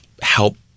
Help